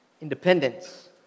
independence